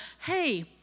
hey